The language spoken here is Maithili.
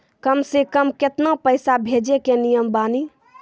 कम से कम केतना पैसा भेजै के नियम बानी?